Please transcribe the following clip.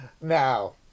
Now